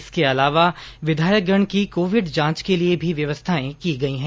इसके अलावा विधायकगण की कोविड जांच के लिए भी व्यवस्था की गई है